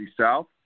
South